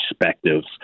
perspectives